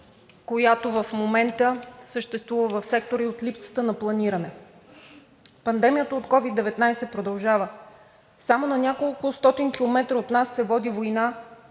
която в момента съществува в сектора, и от липсата на планиране. Пандемията от COVID-19 продължава, само на няколкостотин километра от нас се води война